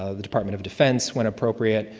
ah the department of defense when appropriate,